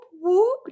whoop